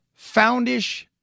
foundish